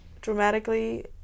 dramatically